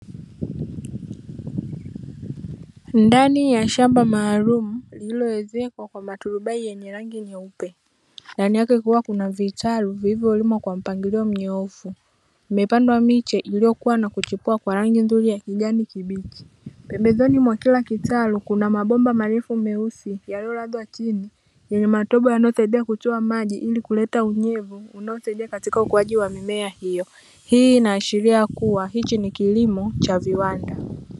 Ndani ya shamba maalumu lililo ezekwa kwa matubai yenye rangi nyeupe. Ndani yake kukiwa kuna vitaru vilivyo limwa kwa mpangilio mnyoofu. Imepandwa miche iliyokuwa na kuchipua kwa rangi nzuri ya kijani kibichi. Pembezoni mwa kila kitalu kuna mabomba marefu meusi yaliyolazwa chini yenye matobo yanayotaidia kutoa maji ili kuleta unyevu unaosaidia katika ukuaji wa mimea hiyo. Hii inaashiria kuwa hichi ni kilimo cha viwanda.